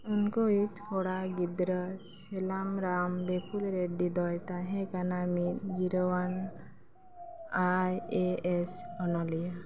ᱩᱱᱠᱩᱭᱤᱡ ᱠᱚᱲᱟ ᱜᱤᱫᱽᱨᱟᱹ ᱥᱮᱞᱟᱢ ᱨᱟᱢ ᱵᱮᱯᱩᱞ ᱨᱮᱰᱰᱤ ᱫᱚᱭ ᱛᱟᱦᱮᱸ ᱠᱟᱱᱟ ᱢᱤᱫ ᱡᱤᱨᱟᱹᱣᱟᱱ ᱟᱭ ᱮ ᱮᱥ ᱚᱱᱚᱞᱤᱭᱟᱹ